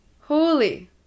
holy